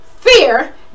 fear